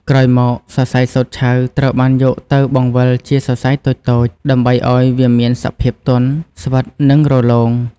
ក្រោយមក សរសៃសូត្រឆៅត្រូវបានយកទៅបង្វិលជាសរសៃតូចៗ ដើម្បីឱ្យវាមានសភាពទន់ ស្វិត និងរលោង។